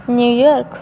New York